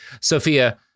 Sophia